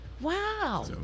wow